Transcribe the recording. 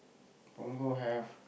Punggol have